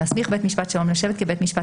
להסמיך בית משפט שלום לשבת כבית משפט